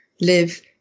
live